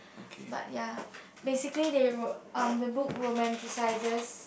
but ya basically they were um the book romanticizes